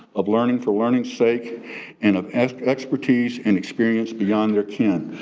of learning for learning's sake and of expertise and experience beyond their kin.